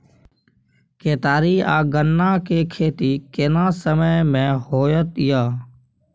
केतारी आ गन्ना के खेती केना समय में होयत या?